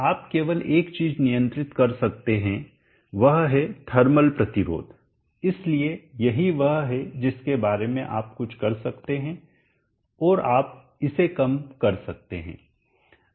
आप केवल एक चीज नियंत्रित कर सकते हैं वह है थर्मल प्रतिरोध इसलिए यही वह है जिसके बारे में आप कुछ कर सकते हैं और आप इसे कम कर सकते हैं